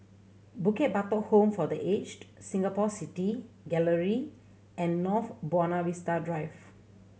Bukit Batok Home for The Aged Singapore City Gallery and North Buona Vista Drive